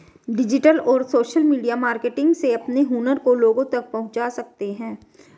digital और social media marketing से अपने हुनर को लोगो तक पहुंचा सकते है